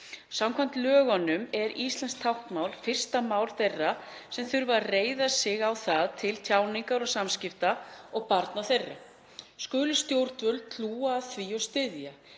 Samkvæmt lögunum er íslenskt táknmál fyrsta mál þeirra sem þurfa að reiða sig á það til tjáningar og samskipta og barna þeirra. Skulu stjórnvöld hlúa að því og styðja.